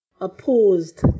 opposed